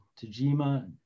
Tajima